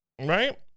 right